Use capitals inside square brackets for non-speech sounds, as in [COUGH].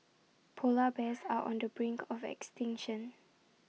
Polar Bears [NOISE] are on the brink of extinction